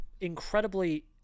incredibly